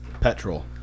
Petrol